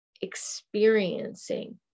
experiencing